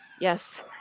Yes